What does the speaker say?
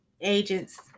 agents